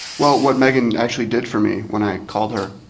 well what megan actually did for me when i called her